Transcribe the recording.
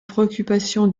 préoccupation